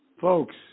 Folks